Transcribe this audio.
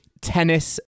tennis